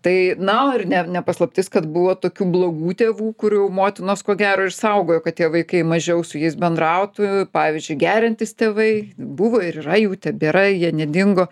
tai na o ir ne ne paslaptis kad buvo tokių blogų tėvų kur jau motinos ko gero ir saugojo kad tie vaikai mažiau su jais bendrautų pavyzdžiui geriantys tėvai buvo ir yra jų tebėra jie nedingo